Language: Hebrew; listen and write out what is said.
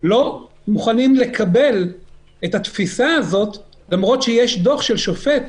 מוכנים לקבל את התפיסה הזאת למרות שיש דוח של שופט